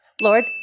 Lord